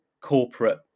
corporate